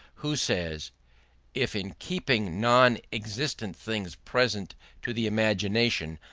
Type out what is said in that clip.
who says if, in keeping non-existent things present to the imagination,